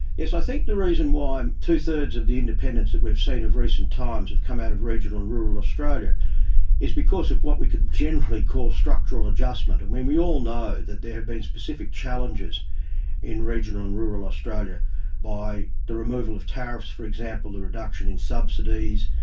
yes, i think the reason why and two-thirds of the independents that we've seen of recent times, have come out of regional and rural australia is because of what we can generally call structural adjustment. i mean we all know that there have been specific challenges in regional and rural australia by the removal of tariffs for example, the reduction in subsidies,